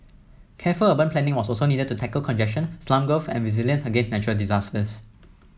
careful urban planning was also needed to tackle congestion slum growth and resilience against natural disasters